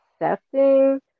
accepting